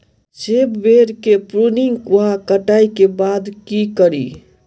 सेब बेर केँ प्रूनिंग वा कटाई केँ बाद की करि?